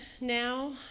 now